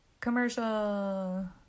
commercial